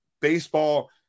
Baseball